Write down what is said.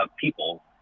people